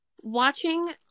Watching